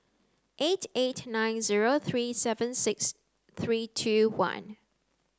eight eight nine zero three seven six three two one